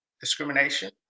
discrimination